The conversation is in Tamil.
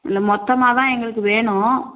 இல்லை மொத்தமாக தான் எங்களுக்கு வேணும்